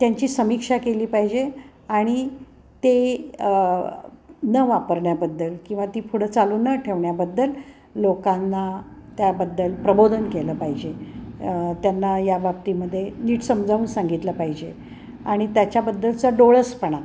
त्यांची समीक्षा केली पाहिजे आणि ते न वापरण्याबद्दल किंवा ती पुढं चालू न ठेवण्याबद्दल लोकांना त्याबद्दल प्रबोधन केलं पाहिजे त्यांना याबाबतीमध्ये नीट समजावून सांगितलं पाहिजे आणि त्याच्याबद्दलचं डोळसपणा